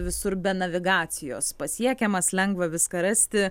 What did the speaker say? visur be navigacijos pasiekiamas lengva viską rasti